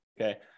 okay